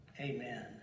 amen